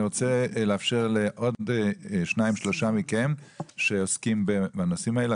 אני רוצה לאפשר לעוד שניים-שלושה מכם שעוסקים בנושאים האלה.